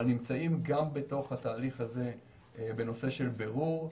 גם בתוך התהליך הזה בנושא של בירור.